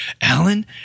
Alan